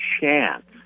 chance